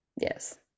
Yes